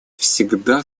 всегда